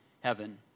heaven